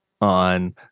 on